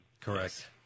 Correct